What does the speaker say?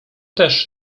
też